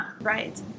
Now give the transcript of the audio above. Right